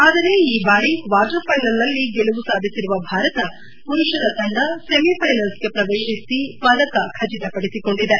ಆದರೆ ಈ ಬಾರಿ ಕ್ವಾರ್ಟರ್ ಫೈನಲ್ನಲ್ಲಿ ಗೆಲುವು ಸಾಧಿಸಿರುವ ಭಾರತ ಪುರುಷರ ತಂಡ ಸೆಮಿಫೈನಲ್ಗೆ ಪ್ರವೇಶಿಸಿ ಪದಕ ಖಚಿತಪಡಿಸಿಕೊಂಡಿದೆ